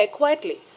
quietly